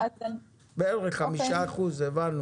בערך 5% שבוטלו.